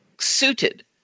suited